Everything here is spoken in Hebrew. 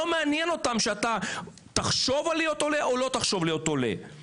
לא מעניין אותם שתחשוב להיות עולה או לא תחשוב להיות עולה.